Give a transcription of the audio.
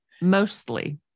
Mostly